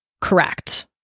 correct